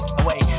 away